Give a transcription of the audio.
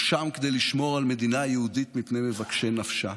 הוא שם כדי לשמור על מדינה יהודית מפני מבקשי נפשה.